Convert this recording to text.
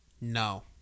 No